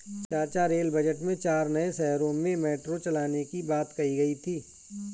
चाचा rail budget में चार नए शहरों में मेट्रो चलाने की बात कही गई थी